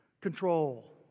control